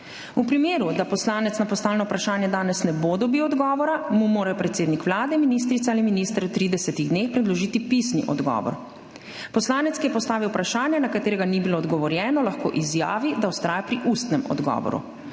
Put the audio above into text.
V primeru, da poslanec na postavljeno vprašanje danes ne bo dobil odgovora, mu mora predsednik Vlade, ministrica ali minister v 30 dneh predložiti pisni odgovor. Poslanec, ki je postavil vprašanje, na katerega ni bilo odgovorjeno, lahko izjavi, da vztraja pri ustnem odgovoru.